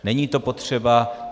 Není to potřeba.